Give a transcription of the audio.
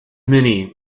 many